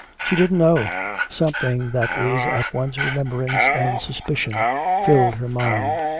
she didn't know something that is at once remembrance and suspicion filled her mind,